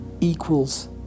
equals